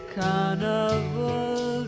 carnival